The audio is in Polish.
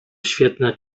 świetne